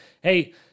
hey